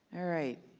alright,